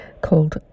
called